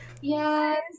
yes